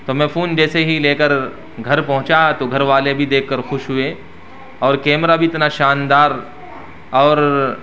تو میں فون جیسے ہی لے کر گھر پہنچا تو گھر والے بھی دیکھ کر خوش ہوئے اور کیمرہ بھی اتنا شاندار اور